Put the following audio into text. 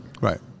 Right